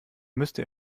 müsste